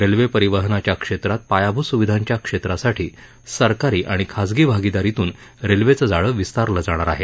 railway परिवहनाच्या क्षेत्रात पायाभूत सुविधांच्या क्षेत्रासाठी सरकारी आणि खाजगी भागिदारीतून रेल्वेचं जाळं विस्तारलं जाणार आहे